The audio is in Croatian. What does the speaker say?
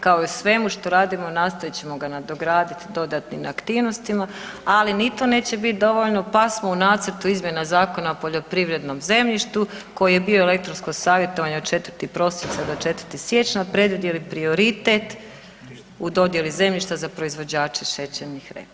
Kao i u svemu što radimo nastojat ćemo ga nadograditi dodatnim aktivnostima, ali ni to neće biti dovoljno pa smo u nacrtu izmjena Zakona o poljoprivrednom zemljištu koji je bio u elektronskom savjetovanju od 4. prosinca do 4. siječnja predvidjeli prioritet u dodjeli zemljišta za proizvođače šećernih repa.